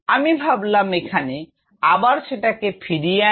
আমি ভাবলাম এখানে আবার সেটাকে ফিরিয়ে আনি